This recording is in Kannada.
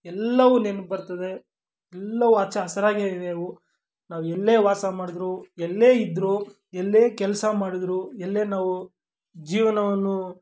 ಎಲ್ಲವೂ ನೆನ್ಪು ಬರ್ತದೆ ಎಲ್ಲವೂ ಹಚ್ಚ ಹಸಿರಾಗೇ ಇವೆ ಅವು ನಾವು ಎಲ್ಲೇ ವಾಸ ಮಾಡಿದ್ರೂ ಎಲ್ಲೇ ಇದ್ದರೂ ಎಲ್ಲೇ ಕೆಲಸ ಮಾಡಿದ್ರೂ ಎಲ್ಲೇ ನಾವು ಜೀವನವನ್ನು